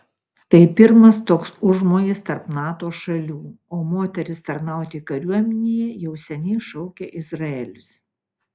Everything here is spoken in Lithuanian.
tai pirmas toks užmojis tarp nato šalių o moteris tarnauti kariuomenėje jau seniai šaukia izraelis